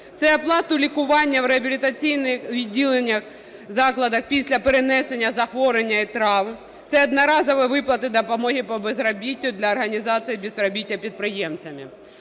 це оплата лікування в реабілітаційних відділеннях (закладах) після перенесення захворювань і травм, це одноразові виплати допомоги по безробіттю для організації безробітними підприємницької...